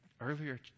earlier